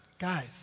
guys